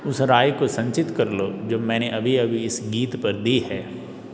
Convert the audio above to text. उस राय को संचित कर लो जो मैंने अभी अभी इस गीत पर दी है